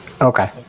Okay